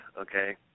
okay